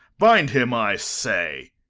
bind him, i say.